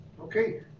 okay